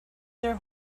their